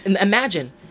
imagine